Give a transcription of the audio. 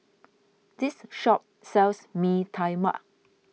this shop sells Mee Tai Mak